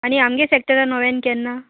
आनी आमगे सॅक्टरा नव्यान केन्ना